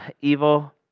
evil